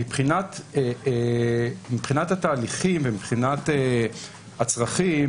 מבחינת התהליכים ומבחינת הצרכים